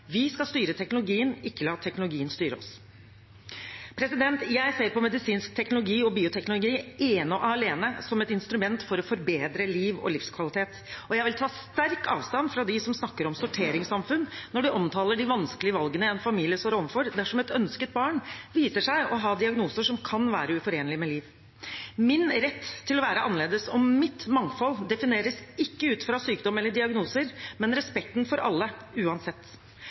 Vi skal styre teknologien, ikke la teknologien styre oss. Jeg ser på medisinsk teknologi og bioteknologi ene og alene som et instrument for å forbedre liv og livskvalitet, og jeg vil ta sterkt avstand fra dem som snakker om sorteringssamfunn når de omtaler de vanskelige valgene en familie står overfor dersom et ønsket barn viser seg å ha diagnoser som kan være uforenlig med liv. Min rett til å være annerledes og mitt mangfold defineres ikke ut fra sykdom eller diagnoser, men respekten for alle uansett.